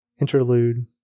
Interlude